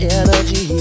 energy